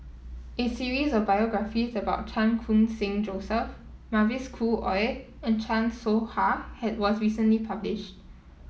a series of biographies about Chan Khun Sing Joseph Mavis Khoo Oei and Chan Soh Ha had was recently publish